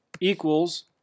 equals